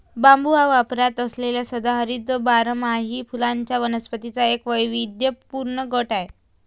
बांबू हा वापरात असलेल्या सदाहरित बारमाही फुलांच्या वनस्पतींचा एक वैविध्यपूर्ण गट आहे